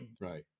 right